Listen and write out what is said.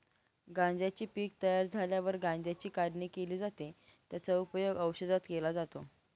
गांज्याचे पीक तयार झाल्यावर गांज्याची काढणी केली जाते, त्याचा उपयोग औषधात केला जातो